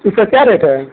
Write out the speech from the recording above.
उसका क्या रेट है